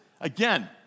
Again